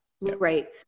right